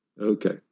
Okay